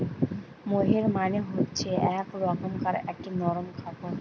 মোহের মানে হচ্ছে এক রকমকার একটি নরম কাপড়